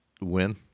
win